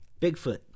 bigfoot